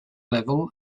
level